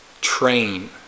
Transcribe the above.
train